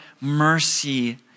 mercy